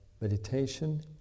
meditation